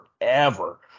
forever